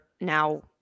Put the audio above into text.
now